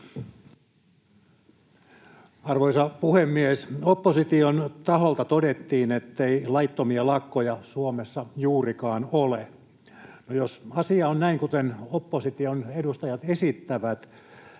Arvoisa puhemies! Opposition taholta todettiin, ettei laittomia lakkoja Suomessa juurikaan ole. No, jos asia on näin, kuten opposition edustajat esittävät,